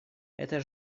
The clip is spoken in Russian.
это